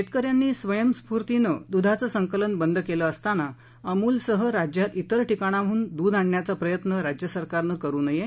शेतकऱ्यांनी स्वयंस्फूर्तीनं दुधाचं संकलन बंद केलं असतांना अमूलसह राज्यात इतर ठिकाणांहून दुध आणण्याचा प्रयत्न राज्य सरकारनं करू नये